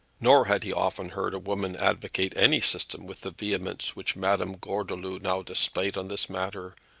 nor had he often heard a woman advocate any system with the vehemence which madame gordeloup now displayed on this matter,